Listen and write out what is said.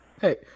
Hey